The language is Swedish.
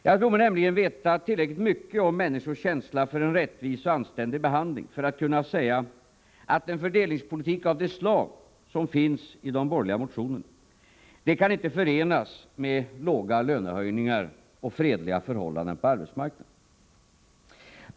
Jag tror mig nämligen veta tillräckligt mycket om människors känsla för en rättvis och anständig behandling för att kunna säga att en fördelningspolitik av det slag som finns i de borgerliga motionerna inte kan förenas med låga lönehöjningar och fredliga förhållanden på arbetsmarknaden.